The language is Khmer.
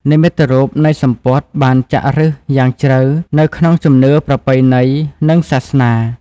និមិត្តរូបនៃសំពត់បានចាក់ឫសយ៉ាងជ្រៅនៅក្នុងជំនឿប្រពៃណីនិងសាសនា។